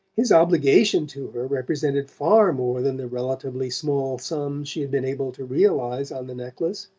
his obligation to her represented far more than the relatively small sum she had been able to realize on the necklace.